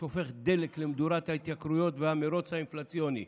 הוא שופך דלק למדורת ההתייקרויות והמרוץ האינפלציוני.